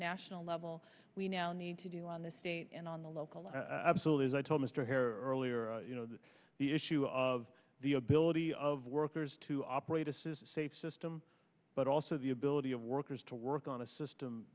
national level we now need to do on the state and on the local absolute is i told mr hare earlier you know that the issue of the ability of workers to operate a says safe system but also the ability of workers to work on a system